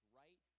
right